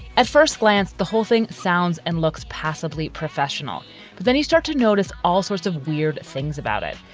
at first glance, the whole thing sounds and looks passably professional. but then you start to notice all sorts of weird things about it.